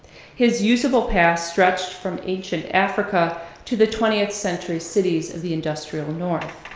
his usable past stretched from ancient africa to the twentieth century cities of the industrial north.